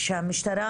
שהמשטרה